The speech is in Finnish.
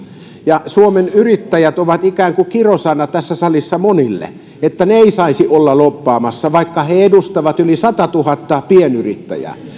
ja suomen yrittäjät on ikään kuin kirosana tässä salissa monille että se ei saisi olla lobbaamassa vaikka se edustaa yli sataatuhatta pienyrittäjää